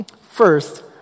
first